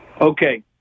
Okay